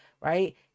right